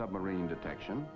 submarine detection